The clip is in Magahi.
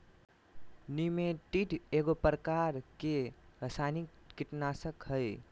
निमेंटीड एगो प्रकार के रासायनिक कीटनाशक हइ